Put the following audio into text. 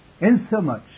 insomuch